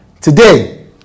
Today